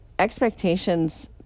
expectations